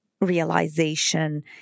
realization